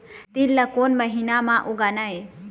तील ला कोन महीना म उगाना ये?